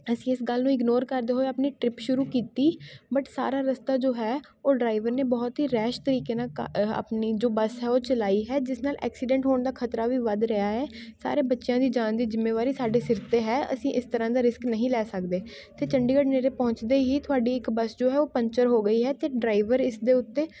ਅਸੀਂ ਇਸ ਗੱਲ ਨੂੰ ਇਗਨੋਰ ਕਰਦੇ ਹੋਏ ਆਪਣੀ ਟਰਿੱਪ ਸ਼ੁਰੂ ਕੀਤੀ ਬਟ ਸਾਰਾ ਰਸਤਾ ਜੋ ਹੈ ਉਹ ਡਰਾਈਵਰ ਨੇ ਬਹੁਤ ਹੀ ਰੈਸ਼ ਤਰੀਕੇ ਨਾਲ ਕਾ ਆਪਣੀ ਜੋ ਬੱਸ ਹੈ ਉਹ ਚਲਾਈ ਹੈ ਜਿਸ ਨਾਲ ਐਕਸੀਡੈਂਟ ਹੋਣ ਦਾ ਖਤਰਾ ਵੀ ਵੱਧ ਰਿਹਾ ਹੈ ਸਾਰੇ ਬੱਚਿਆਂ ਦੀ ਜਾਨ ਦੀ ਜ਼ਿੰਮੇਵਾਰੀ ਸਾਡੇ ਸਿਰ 'ਤੇ ਹੈ ਅਸੀਂ ਇਸ ਤਰ੍ਹਾਂ ਦਾ ਰਿਸਕ ਨਹੀਂ ਲੈ ਸਕਦੇ ਅਤੇ ਚੰਡੀਗੜ੍ਹ ਨੇੜੇ ਪਹੁੰਚਦੇ ਹੀ ਤੁਹਾਡੀ ਇੱਕ ਬੱਸ ਜੋ ਹੈ ਉਹ ਪੰਚਰ ਹੋ ਗਈ ਹੈ ਅਤੇ ਡਰਾਈਵਰ ਇਸਦੇ ਉੱਤੇ